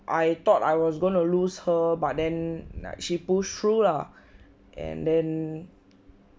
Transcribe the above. I thought I was going to lose her but then nah she pushed through lah and then